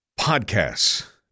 podcasts